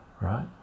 right